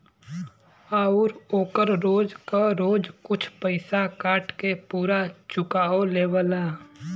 आउर ओकर रोज क रोज कुछ पइसा काट के पुरा चुकाओ लेवला